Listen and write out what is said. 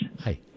Hi